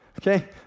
Okay